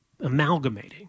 amalgamating